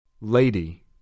Lady